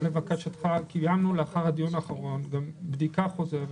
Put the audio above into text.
לבקשתך קיימנו לאחר הדיון האחרון בדיקה חוזרת